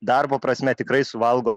darbo prasme tikrai suvalgo